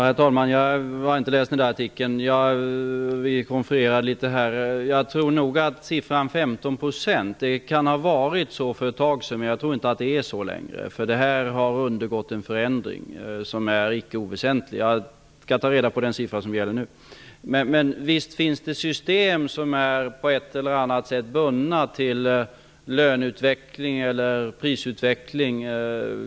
Herr talman! Jag har inte läst artikeln. Vi konfererade litet här. Jag tror nog att siffran 15 % kan ha varit riktig för ett tag sedan, men jag tror inte att det är så längre. Det här har undergått en icke oväsentlig förändring. Jag skall ta reda på den siffra som gäller nu. Visst finns det system som på ett eller annat sätt är bundna till löneutveckling eller prisutveckling.